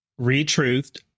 retruthed